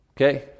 Okay